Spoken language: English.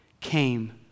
came